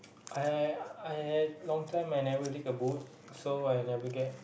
I I long time I never read a book so I never get